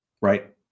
Right